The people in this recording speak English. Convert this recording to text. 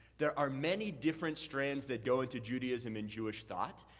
there are many different strands that go into judaism and jewish thought,